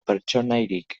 pertsonaiarik